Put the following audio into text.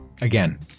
Again